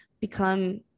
become